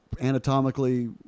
anatomically